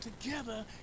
together